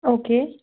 okay